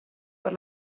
per